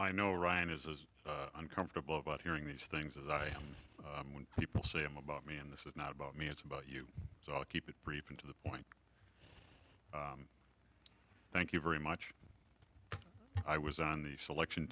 i know ryan is as uncomfortable about hearing these things as i am when people say them about me and this is not about me it's about you so i'll keep it brief and to the point thank you very much i was on the selection